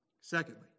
Secondly